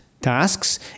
tasks